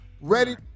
Ready